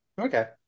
Okay